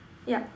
yeah